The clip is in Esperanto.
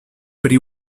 pri